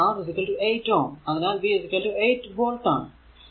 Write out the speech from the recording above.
പിന്നെ R 8 Ω അതിനാൽ v 8 volt ആണ്